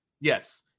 yes